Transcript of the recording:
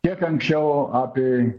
kiek anksčiau apie